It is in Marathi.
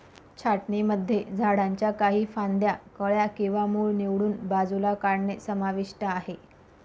छाटणीमध्ये झाडांच्या काही फांद्या, कळ्या किंवा मूळ निवडून बाजूला काढणे समाविष्ट आहे